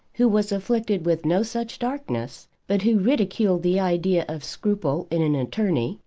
who was afflicted with no such darkness, but who ridiculed the idea of scruple in an attorney,